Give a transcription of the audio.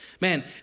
Man